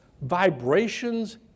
vibrations